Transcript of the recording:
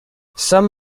some